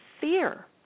fear